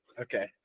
Okay